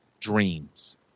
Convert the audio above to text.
dreams